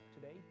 today